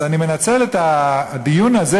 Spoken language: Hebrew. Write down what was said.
אז אני מנצל את הדיון הזה,